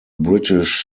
british